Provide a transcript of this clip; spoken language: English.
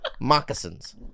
Moccasins